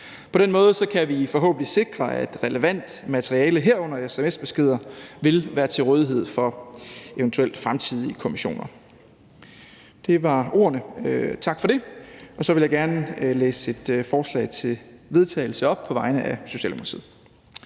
På den måde kan vi forhåbentlig sikre, at relevant materiale, herunder sms-beskeder, vil være til rådighed for eventuelle fremtidige kommissioner. Det var ordene. Tak for det. Så vil jeg gerne læse et forslag til vedtagelse op på vegne af Socialdemokratiet: